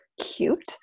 cute